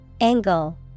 Angle